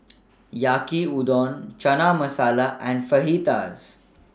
Yaki Udon Chana Masala and Fajitas